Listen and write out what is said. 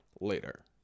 later